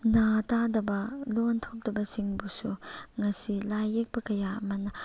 ꯅꯥ ꯇꯥꯗꯕ ꯂꯣꯟ ꯊꯣꯛꯇꯕꯁꯤꯡꯕꯨꯁꯨ ꯉꯁꯤ ꯂꯥꯏ ꯌꯦꯛꯄ ꯀꯌꯥ ꯑꯃꯅ